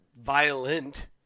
violent